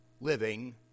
living